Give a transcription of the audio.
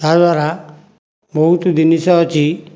ତାଦ୍ଵାରା ବହୁତ ଜିନିଷ ଅଛି